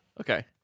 Okay